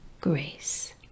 grace